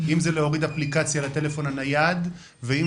אם זה להוריד אפליקציה לטלפון הנייד ואם